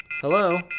Hello